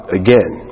again